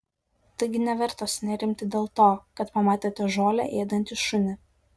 taigi neverta sunerimti dėl to kad pamatėte žolę ėdantį šunį